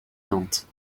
nantes